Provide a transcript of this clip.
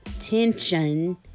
tension